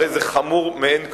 הרי זה חמור מאין כמותו.